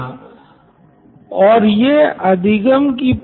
क्योंकि इसलिए ही वह स्कूल जाता है और यही उसका काम है